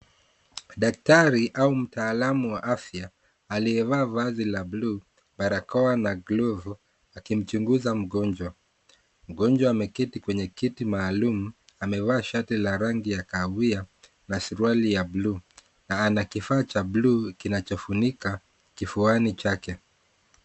Daktari au mtaalamu wa afya aliyevaa vazi la buluu, barakoa na glovu akimchunguza mgonjwa. Mgonjwa ameketi kwenye kiti maalum, amevaa shati la rangi ya kahawia na suruali ya buluu na ana kifaa cha buluu kinachofunika kifuani chake.